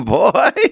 boy